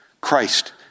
Christ